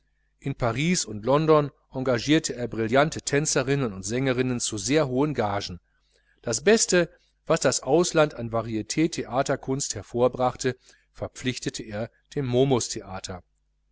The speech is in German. in paris und london engagierte er brillante tänzerinnen und sängerinnen zu sehr hohen gagen das beste was das ausland an varit theaterkunst hervorbrachte verpflichtete er dem